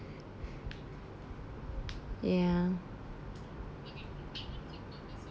ya